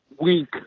week